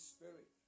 Spirit